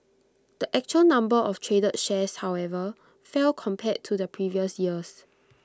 the actual number of traded shares however fell compared to the previous years